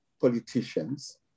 politicians